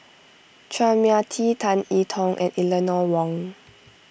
Chua Mia Tee Tan Tong and Eleanor Wong